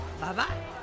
Bye-bye